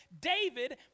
David